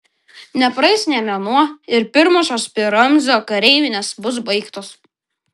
nepraeis nė mėnuo ir pirmosios pi ramzio kareivinės bus baigtos